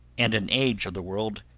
and an age of the world,